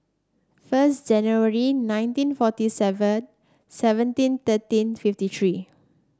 first January nineteen forty seven seventeen thirteen fifty three